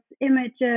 images